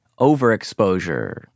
overexposure